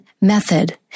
Method